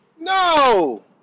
No